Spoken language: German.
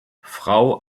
frau